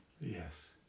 yes